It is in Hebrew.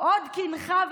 מאי, לא יפה.